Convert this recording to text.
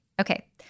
Okay